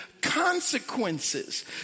consequences